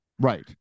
Right